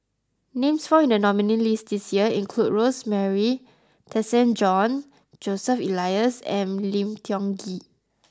names found in the nominees' list this year include Rosemary Tessensohn Joseph Elias and Lim Tiong Ghee